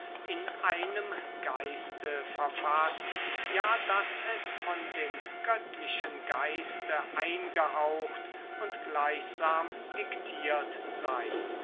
in einem geiste verfaßt ja daß es von dem göttlichen geiste eingehaucht und gleichsam diktiert sei